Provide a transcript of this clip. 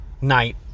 night